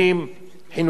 כדי שזה יהיה